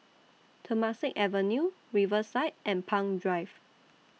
Temasek Avenue Riverside and Palm Drive